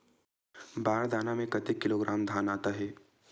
बार दाना में कतेक किलोग्राम धान आता हे?